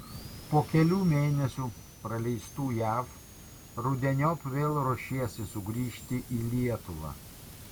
po kelių mėnesių praleistų jav rudeniop vėl ruošiesi sugrįžti į lietuvą